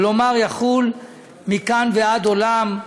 כלומר הוא יחול מכאן ועד עולם,